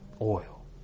Oil